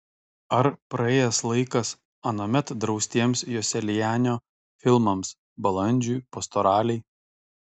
ar praėjęs laikas anuomet draustiems joselianio filmams balandžiui pastoralei